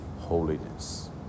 holiness